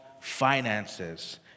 finances